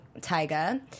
Tyga